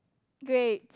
great